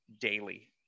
daily